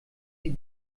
sie